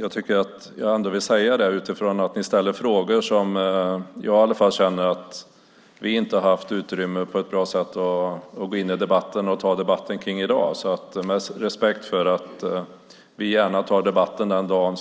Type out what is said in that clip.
Jag vill ändå säga det utifrån att ni ställer frågor som jag i alla fall känner att vi inte har haft utrymme att på ett bra sätt gå in och ta debatten om i dag, med respekt för att vi gärna tar debatten den dag